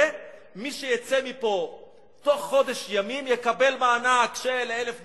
ומי שיצא מפה בתוך חודש ימים יקבל מענק של 1,000 דולר,